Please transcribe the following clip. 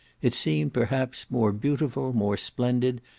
it seemed, perhaps, more beautiful, more splendid,